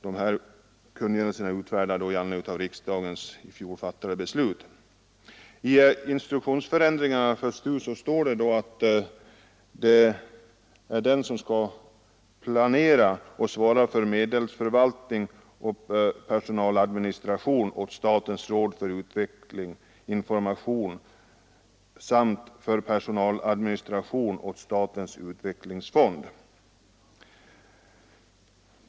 Dessa kungörelser är utfärdade i anledning av riksdagens i fjol fattade beslut. I den ändrade instruktionen för STU står det att STU skall planera och svara för medelsförvaltning och personaladministration åt statens råd för vetenskaplig information och dokumentation samt för personaladministration åt statens utvecklingsfond.